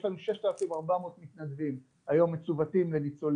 יש לנו שש אלף ארבע מאות מתנדבים שהיום מצוותים לניצולים,